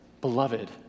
Beloved